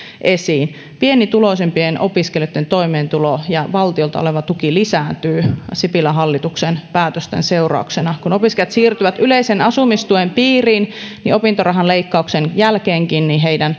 esiin pienituloisimpien opiskelijoitten toimeentulo ja valtiolta tuleva tuki lisääntyy sipilän hallituksen päätösten seurauksena kun opiskelijat siirtyvät yleisen asumistuen piiriin niin opintorahan leikkauksen jälkeenkin